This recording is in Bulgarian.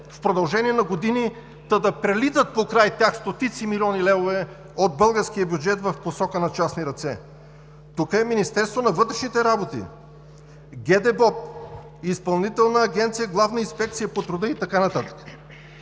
в продължение на години, та да прелитат покрай тях стотици милиони левове от българския бюджет в посока на частни ръце. Тук е Министерството на вътрешните работи, ГДБОП, Изпълнителна агенция „Главна инспекция по труда“ и така нататък.